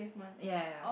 ya ya